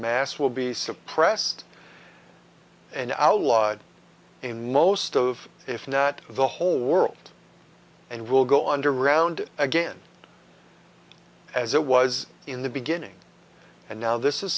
mass will be suppressed and outlawed in most of if not the whole world and will go underground again as it was in the beginning and now this is